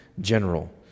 general